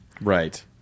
Right